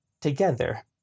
together